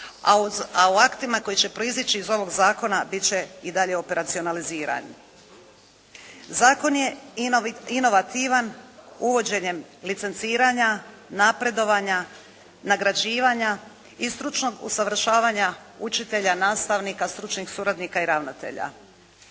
a u aktima koji će proizići iz ovog zakona bit će i dalje operacionalizirani. Zakon je inovativan uvođenjem licenciranja, napredovanja, nagrađivanja i stručnog usavršavanja učitelja, nastavnika, stručnih suradnika i ravnatelja.